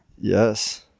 Yes